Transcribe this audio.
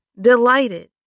Delighted